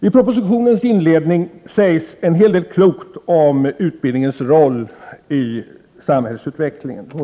I propositionens inledning sägs en hel del klokt om utbildningens roll i samhällsutvecklingen.